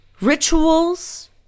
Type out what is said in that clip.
rituals